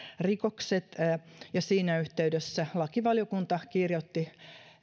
rikokset siinä yhteydessä lakivaliokunta kirjoitti